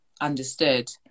understood